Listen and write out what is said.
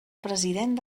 president